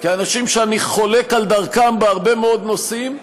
כאנשים שאני חולק על דרכם בהרבה מאוד נושאים,